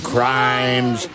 Crimes